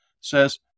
says